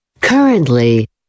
Currently